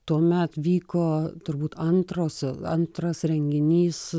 tuomet vyko turbūt antrosio antras renginys